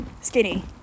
skinny